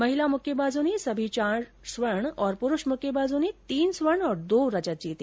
महिला मुक्केबाजों ने सभी चार स्वर्ण और प्ररुष मुक्केबाजों ने तीन स्वर्ण और दो रजत जीते